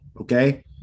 Okay